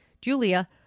Julia